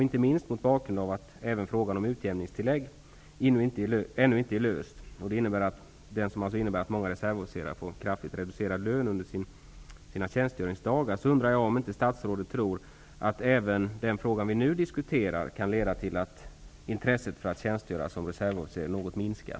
Inte minst mot bakgrund av att även frågan om utjämningstillägg ännu inte är löst -- vilket innebär att många reservofficerare får en kraftigt reducerad lön under sina tjänstgöringsdagar -- undrar jag om inte statsrådet tror att även det problem vi nu diskuterar kan leda till att intresset för att tjänstgöra som reservofficer något minskar.